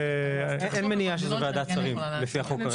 אין מניעה שזאת ועדת שרים לפי החוק כרגע.